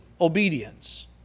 obedience